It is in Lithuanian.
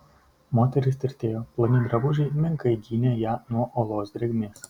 moteris tirtėjo ploni drabužiai menkai gynė ją nuo olos drėgmės